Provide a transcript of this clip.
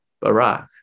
Barak